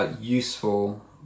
useful